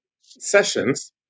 sessions